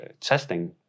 testing